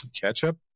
Ketchup